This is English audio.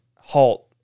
halt